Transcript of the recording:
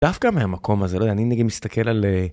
דווקא מהמקום הזה אני נגיד מסתכל על.